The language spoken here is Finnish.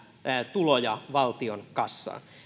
tuloja valtion kassaan